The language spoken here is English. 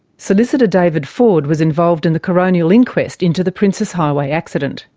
solicitor david ford was involved in the coronial inquest into the princes highway accident.